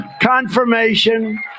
confirmation